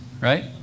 Right